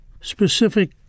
specific